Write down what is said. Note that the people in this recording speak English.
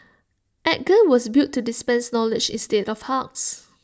edgar was built to dispense knowledge instead of hugs